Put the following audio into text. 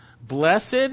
Blessed